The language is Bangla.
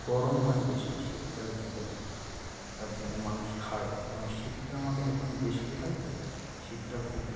গরম হয় বেশি শীতকালে খেলে তার জন্যে মানুষ খায় কারণ শীতটা আমাদের এখন বেশি হয় তো শীতটা খুব